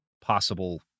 possible